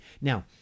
Now